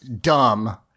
dumb